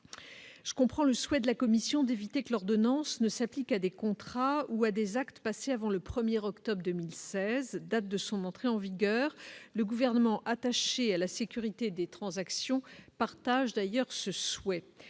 Je comprends le souhait de la commission d'éviter que l'ordonnance ne s'applique à des contrats ou à des actes passés avant le 1er octobre 2016, date de son entrée en vigueur le gouvernement attaché à la sécurité des transactions partagent d'ailleurs ce souhait,